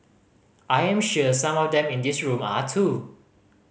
I am sure some of them in this room are too